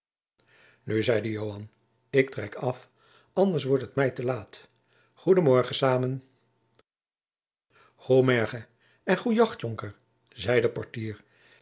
nu zeide joan ik trek af anders wordt het mij te laat goeden morgen samen goê mergen en goê jacht jonker zei de